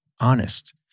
honest